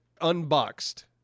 Unboxed